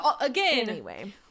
Again